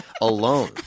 alone